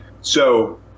So-